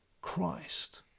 Christ